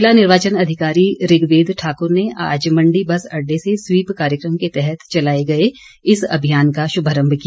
जिला निर्वाचन अधिकारी ऋग्वेद ठाकुर ने आज मण्डी बस अड्डे से स्वीप कार्यक्रम के तहत चलाए गए इस अभियान का शुभारंभ किया